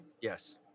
Yes